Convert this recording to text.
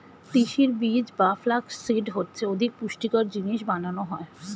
তিসির বীজ বা ফ্লাক্স সিড থেকে অধিক পুষ্টিকর জিনিস বানানো হয়